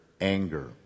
anger